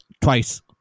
twice